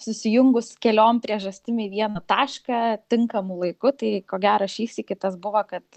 susijungus keliom priežastim į vieną tašką tinkamu laiku tai ko gero šįsykį tas buvo kad